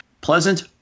pleasant